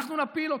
אנחנו נפיל אתכם.